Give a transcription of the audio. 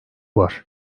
var